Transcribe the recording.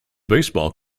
baseball